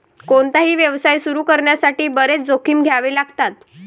कोणताही व्यवसाय सुरू करण्यासाठी बरेच जोखीम घ्यावे लागतात